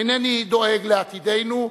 אינני דואג לעתידנו,